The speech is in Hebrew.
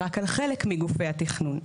רק על חלק מגופי התכנון.